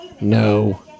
No